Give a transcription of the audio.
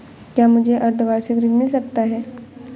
क्या मुझे अर्धवार्षिक ऋण मिल सकता है?